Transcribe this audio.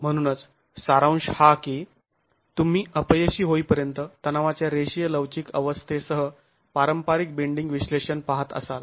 म्हणूनच सारांश हा की तुम्ही अपयशी होईपर्यंत तणावाच्या रेषीय लवचिक अवस्थेसह पारंपारिक बेंडींग विश्लेषण पाहत असाल